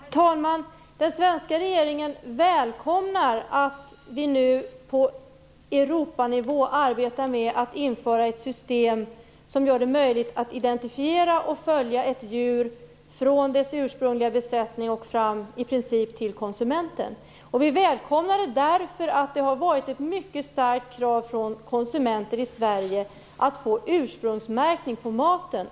Herr talman! Den svenska regeringen välkomnar att vi nu på Europanivå arbetar med att införa ett system som gör det möjligt att identifiera och följa ett djur från dess ursprungliga besättning och i princip fram till konsumenten. Vi välkomnar det därför att det har varit ett mycket starkt krav från konsumenter i Sverige att få ursprungsmärkning på maten.